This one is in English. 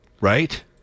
right